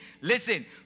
listen